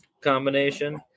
combination